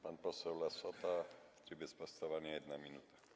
Pan poseł Lassota w trybie sprostowania - 1 minuta.